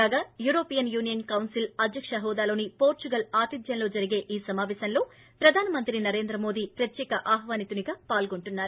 కాగా European Union council అధ్యక్ష హోదాలోని పోర్సుగల్ ఆతిధ్యంలో జరిగే ఈ సమాపేశంలో ప్రధానమంత్రి నరేంద్ర మోడీ ప్రత్యేక ఆహ్వానితునిగా పాల్గొంటున్నారు